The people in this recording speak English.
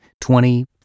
twenty